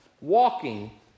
walking